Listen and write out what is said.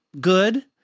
good